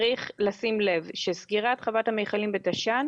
צריך לשים לב שסגירת חוות המכלים בתש”ן